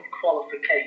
qualification